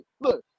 Look